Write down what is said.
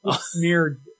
smeared